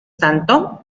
tanto